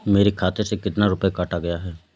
मेरे खाते से कितना रुपया काटा गया है?